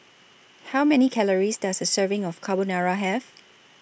How Many Calories Does A Serving of Carbonara Have